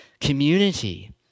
community